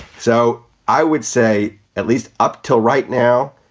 so i would say at least up till right now,